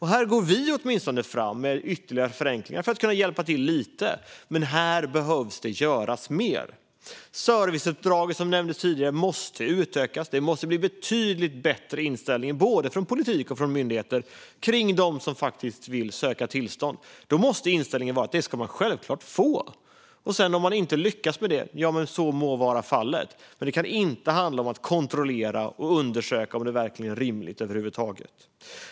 Här går vi åtminstone fram med ytterligare förenklingar, för att kunna hjälpa till lite. Men det behöver göras mer. Serviceuppdraget, som nämndes tidigare, måste utökas. Inställningen till dem som vill söka tillstånd måste bli betydligt bättre från både politik och myndigheter. Inställningen måste vara att man självklart ska få det. Om man inte lyckas med det må så vara fallet. Men det kan inte handla om att kontrollera och undersöka om det verkligen är rimligt över huvud taget.